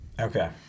Okay